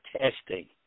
testing